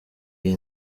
iyi